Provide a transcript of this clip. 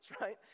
right